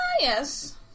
yes